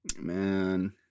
Man